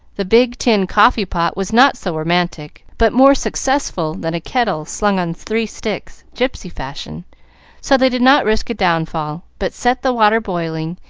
the big tin coffee-pot was not so romantic, but more successful than a kettle slung on three sticks, gypsy fashion so they did not risk a downfall, but set the water boiling,